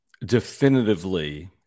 definitively